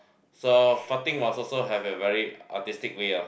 so farting was also have a very artistic way oh